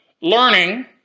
learning